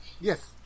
Yes